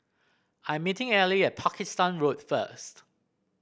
I'm meeting Elie at Pakistan Road first